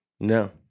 No